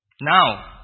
Now